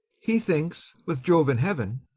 he thinks, with jove in heaven,